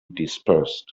dispersed